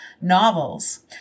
novels